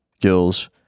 gills